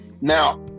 Now